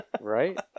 Right